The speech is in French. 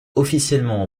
officiellement